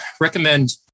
recommend